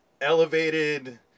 elevated